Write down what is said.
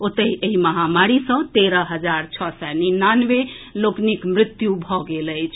ओतहि एहि महामारी सँ तेरह हजार छओ सय निन्यानवे लोकनिक मृत्यु भेल अछि